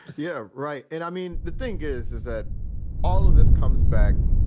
yeah, right. and i mean, the thing is, is that all of this comes back,